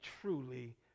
truly